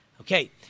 Okay